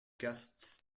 guests